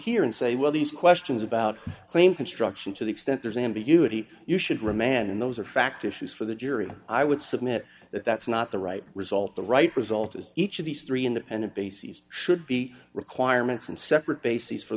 here and say well these questions about claim construction to the extent there's ambiguity you should remand and those are factors shoes for the jury i would submit that that's not the right result the right result is each of these three independent bases should be requirements and separate bases for